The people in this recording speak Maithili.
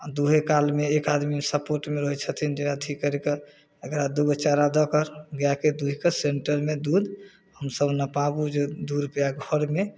आओर दुहै कालमे एक आदमी सपोर्टमे रहै छथिन जे अथी करिके ओकरा दुइगो चारा दऽ कऽ गाइके दुहिके सेन्टरमे दूध हमसभ नपाबू जे दुइ रुपैआ घरमे